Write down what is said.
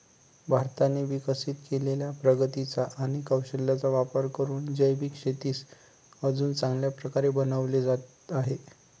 भारताने विकसित केलेल्या प्रगतीचा आणि कौशल्याचा वापर करून जैविक शेतीस अजून चांगल्या प्रकारे बनवले आहे